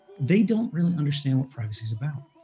they don't really understand what privacy is about.